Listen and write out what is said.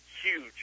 huge